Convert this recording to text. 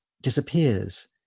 disappears